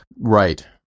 Right